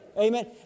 Amen